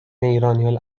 ایرانی